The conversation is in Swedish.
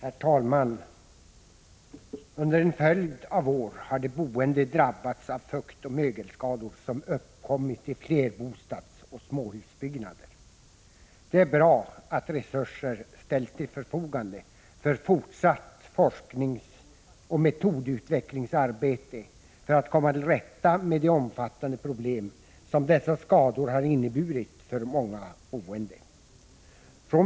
Herr talman! Under en följd av år har de boende drabbats av de fuktoch mögelskador som uppkommit i flerbostadsoch småhusbyggnader. Det är bra att resurser ställs till förfogande för fortsatt forskningsoch metodutvecklingsarbete för att komma till rätta med de omfattande problem som dessa skador har inneburit för många boende.